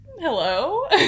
hello